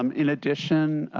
um in addition,